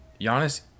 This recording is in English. Giannis